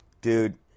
dude